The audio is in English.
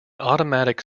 automatic